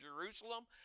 Jerusalem